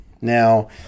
Now